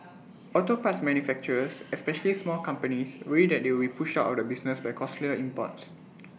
auto parts manufacturers especially small companies worry they would be pushed out of business by costlier imports